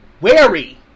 wary